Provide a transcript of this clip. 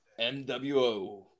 MWO